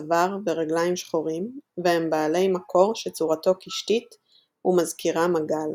צוואר ורגליים שחורים והם בעלי מקור שצורתו קשתית ומזכירה מגל,